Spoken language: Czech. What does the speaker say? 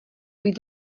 být